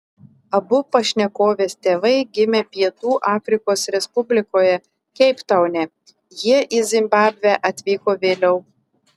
abu pašnekovės tėvai gimė pietų afrikos respublikoje keiptaune jie į zimbabvę atvyko vėliau